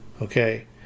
Okay